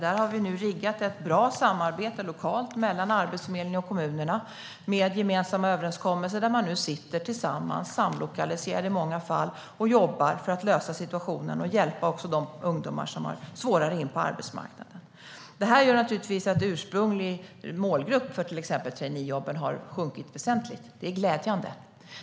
Där har vi nu riggat upp ett bra lokalt samarbete mellan Arbetsförmedlingen och kommunerna med gemensamma överenskommelser där man nu sitter tillsammans, i många fall samlokaliserade, och jobbar för att lösa situationen och hjälpa också de ungdomar som har svårare att ta sig in på arbetsmarknaden. Det här gör naturligtvis att den ursprungliga målgruppen för till exempel traineejobben har minskat väsentligt. Det är glädjande.